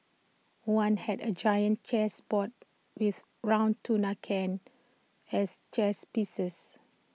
one had A giant chess board with round tuna cans as chess pieces